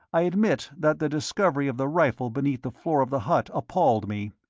i admit that the discovery of the rifle beneath the floor of the hut appalled me.